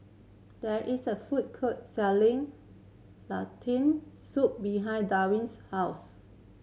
there is a food court selling Lentil Soup behind Dewitt's house